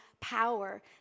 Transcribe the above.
power